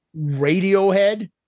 Radiohead